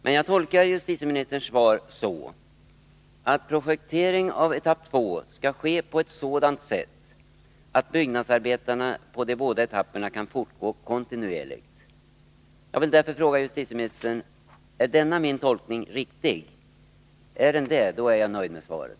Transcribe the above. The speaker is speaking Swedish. Men jag tolkar justitieministerns svar så att projektering av etapp 2 skall ske på ett sådant sätt att byggnadsarbetena på de båda etapperna kan fortgå kontinuerligt. Jag vill därför fråga justitieministern: Är denna min tolkning riktig? Är den det, så är jag nöjd med svaret.